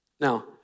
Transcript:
Now